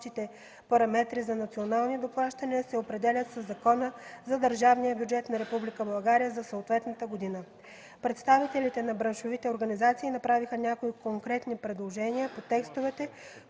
параметри за национални доплащания се определят със Закона за държавния бюджет на Република България за съответната година. Представителите на браншовите организации направиха някои конкретни предложения по текстовете,